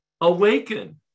awaken